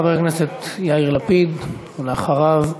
חבר הכנסת יאיר לפיד, ואחריו,